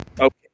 Okay